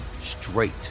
straight